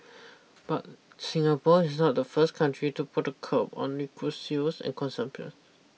but Singapore is not the first country to put a curb on liquor sales and consumption